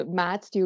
maths